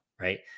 right